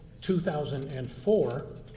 2004